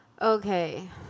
Okay